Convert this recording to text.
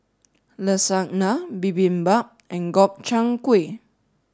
Lasagna Bibimbap and Gobchang Gui